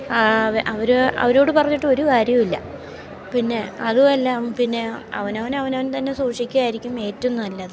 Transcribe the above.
ആ അവർ അവരോട് പറഞ്ഞിട്ട് ഒരു കാര്യവുമില്ല പിന്നെ അതുമല്ല പിന്നെ അവനവനെ അവനവൻ തന്നെ സൂക്ഷിക്കുക ആയിരിക്കും ഏറ്റവും നല്ലത്